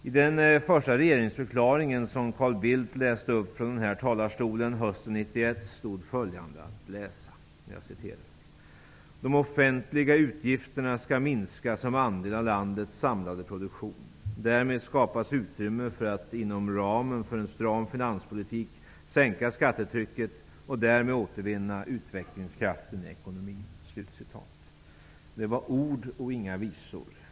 I den första regeringsförklaring som Carl Bildt läste upp från den här talarstolen hösten 1991 stod följande att läsa: ''de offentliga utgifterna -- skall minska som andel av landets samlade produktion. Därmed skapas utrymme för att inom ramen för en stram finanspolitik sänka skattetrycket och därmed återvinna utvecklingskraften i ekonomin.'' Det var ord och inga visor.